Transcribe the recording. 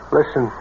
Listen